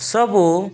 ସବୁ